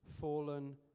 Fallen